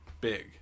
big